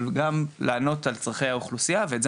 אז גם לענות על צרכי האוכלוסייה ואת זה